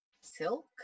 silk